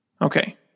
Okay